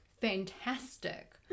fantastic